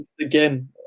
again